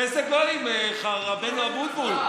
איזה גויים, רבנו אבוטבול?